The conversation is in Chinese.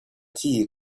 记忆